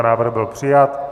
Návrh byl přijat.